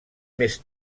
més